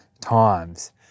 times